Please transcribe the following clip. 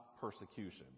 persecution